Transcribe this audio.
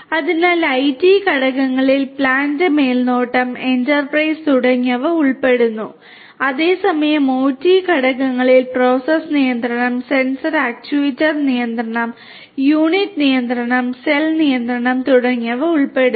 അതിനാൽ ഐടി ഘടകങ്ങളിൽ പ്ലാന്റ് മേൽനോട്ടം എന്റർപ്രൈസ് തുടങ്ങിയവ ഉൾപ്പെടുന്നു അതേസമയം ഒടി ഘടകങ്ങളിൽ പ്രോസസ്സ് നിയന്ത്രണം സെൻസർ ആക്യുവേറ്റർ നിയന്ത്രണം യൂണിറ്റ് നിയന്ത്രണം സെൽ നിയന്ത്രണം തുടങ്ങിയവ ഉൾപ്പെടുന്നു